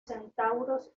centauros